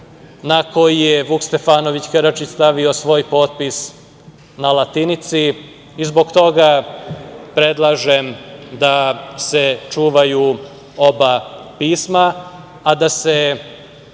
na koji je Vuk Stefanović Karadžić stavio svoj potpis na latinici i zbog toga predlažem da se čuvaju oba pisma, a da se